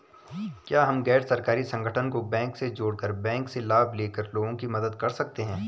क्या हम गैर सरकारी संगठन को बैंक से जोड़ कर बैंक से लाभ ले कर लोगों की मदद कर सकते हैं?